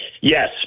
yes